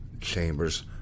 chambers